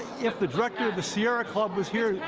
if the director of the sierra club was here,